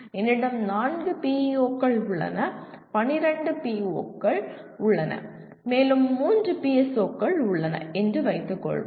என்னிடம் நான்கு PEO கள் உள்ளன 12 PO கள் உள்ளன மேலும் மூன்று PSO கள் உள்ளன என்று வைத்துக் கொள்வோம்